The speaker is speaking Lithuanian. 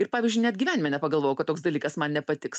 ir pavyzdžiui net gyvenime nepagalvojau kad toks dalykas man nepatiks